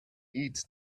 eat